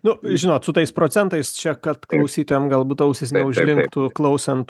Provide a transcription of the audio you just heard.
nu žinot su tais procentais čia kad klausytojam galbūt ausys neužlinktų klausant